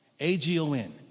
agon